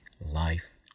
life